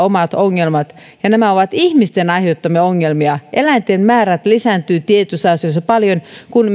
omat ongelmat ja nämä ovat ihmisten aiheuttamia ongelmia eläinten määrät lisääntyvät tietyissä asioissa paljon kun